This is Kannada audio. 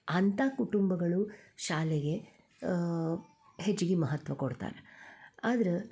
ಅಂತ ಕುಟುಂಬಗಳು ಶಾಲೆಗೆ ಹೆಚ್ಚಿಗೆ ಮಹತ್ವ ಕೊಡ್ತಾರೆ ಆದ್ರೆ